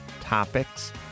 topics